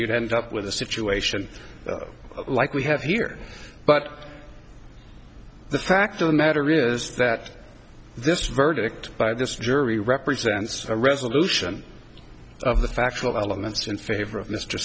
you'd end up with a situation like we have here but the fact of the matter is that this verdict by this jury represents a resolution of the factual elements